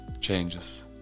changes